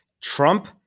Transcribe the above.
Trump